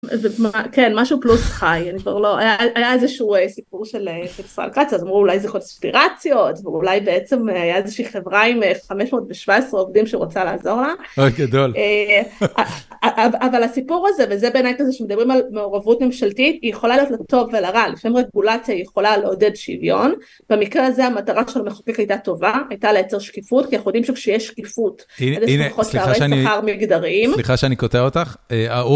כן, משהו פלוס חי, אני כבר לא, היה איזה שהוא סיפור של ישראל כ"ץ, אז אמרו אולי איזה קונספירציות, ואולי בעצם הייתה איזושהי חברה עם 517 עובדים שרוצה לעזור לה. אוי, גדול. אבל הסיפור הזה, וזה בעיניי כזה שמדברים על מעורבות ממשלתית, היא יכולה ללכת טוב ולרע, לפעמים רגולציה היא יכולה לעודד שוויון, במקרה הזה המטרה של המחוקר הייתה טובה, הייתה לייצר שקיפות, כי אנחנו יודעים שכשיש שקיפות... הנה, סליחה שאני, סליחה שאני קוטע אותך.